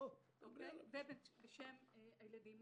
ובשם הילדים.